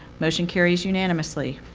motion carries unanimously.